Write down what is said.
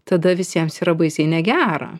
tada visiems yra baisiai negera